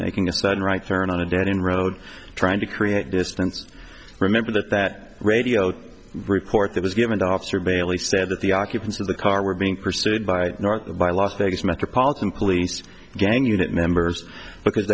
making a sudden right turn on a dead end road trying to create distance remember that that radio report that was given to officer bailey said that the occupants of the car were being pursued by by las vegas metropolitan police gang unit members because